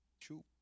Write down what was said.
True